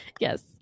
Yes